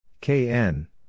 KN